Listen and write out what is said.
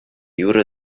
юрӑ